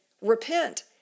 repent